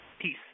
Peace